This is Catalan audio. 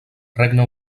regne